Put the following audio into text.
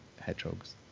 hedgehogs